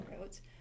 roads